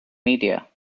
media